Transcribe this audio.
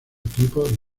equipo